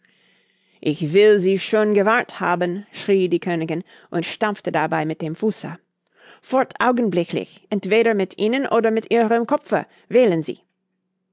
ich will sie schön gewarnt haben schrie die königin und stampfte dabei mit dem fuße fort augenblicklich entweder mit ihnen oder mit ihrem kopfe wählen sie